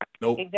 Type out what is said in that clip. Nope